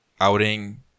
outing